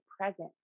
present